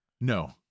No